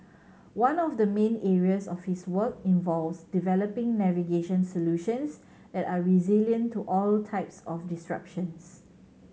one of the main areas of his work involves developing navigation solutions that are resilient to all types of disruptions